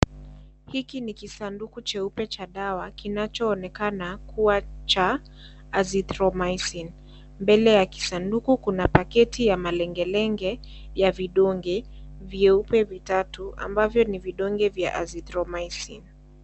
Hiki ni kisanduku cheupe cha dawa kinachoonekena kuwa cha azithromycin. Mbele ya kisanduku kuna paketi ya malengelenge ya vidonge vyeupe vitatu ambavyo ni vidonge ya azithromycin.